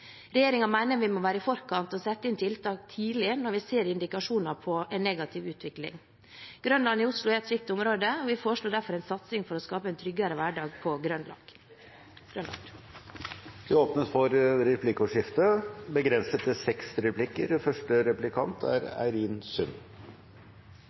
vi må være i forkant og sette inn tiltak tidlig når vi ser indikasjoner på en negativ utvikling. Grønland i Oslo er et slikt område, og vi foreslår derfor en satsing for å skape en tryggere hverdag på Grønland. Det blir replikkordskifte. Av de som tar ut kontantstøtte i landet i dag, er